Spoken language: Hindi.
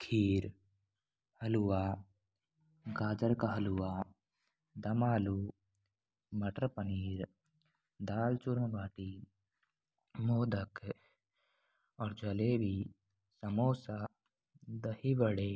खीर हलवा गाजर का हलवा दमालू मटर पनीर दाल चूरमा बाटी मोदक और जलेबी समोसा दही बड़े